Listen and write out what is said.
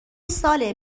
ساله